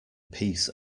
peace